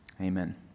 Amen